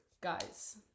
Guys